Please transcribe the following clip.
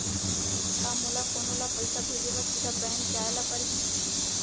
का मोला कोनो ल पइसा भेजे बर सीधा बैंक जाय ला परही?